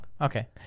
okay